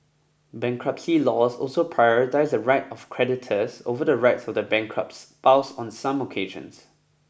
bankruptcy laws also prioritise the right of creditors over the rights of the bankrupt's spouse on some occasions